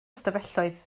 ystafelloedd